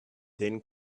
then